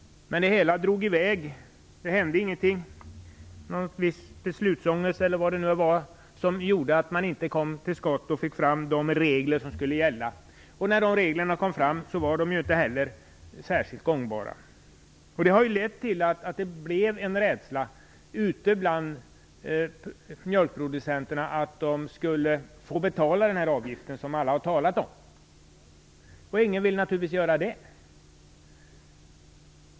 Men det hela drog ut på tiden, och ingenting hände. Jag vet inte om det berodde på beslutsångest att man inte kom till skott och fick fram de regler som skulle gälla. När dessa regler kom fram var de inte särskilt gångbara. Detta har lett till att det blev en rädsla ute bland mjölkproducenterna för att de skulle få betala den avgift som alla har talat om. Och ingen ville naturligtvis göra det.